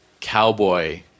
cowboy